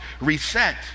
reset